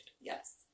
Yes